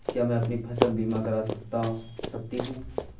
क्या मैं अपनी फसल बीमा करा सकती हूँ?